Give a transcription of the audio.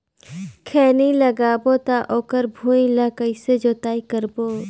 खैनी लगाबो ता ओकर भुईं ला कइसे जोताई करबो?